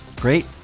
Great